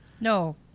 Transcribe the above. No